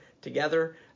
together